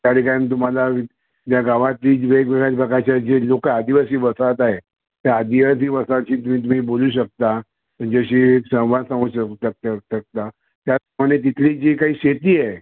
त्या ठिकाणी तुम्हाला ज्या गावातली वेगवेगळ्या प्रकारच्या जे लोकं आदिवासी वसाहत आहे त्या आदिवासी वसाहतीशी ही तुम्ही बोलू शकता त्यांच्याशी संवाद सांगू शकू शक शकता त्याचप्रमाणे तिथली जी काही शेती आहे